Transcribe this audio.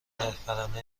اره، پرنده